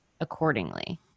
accordingly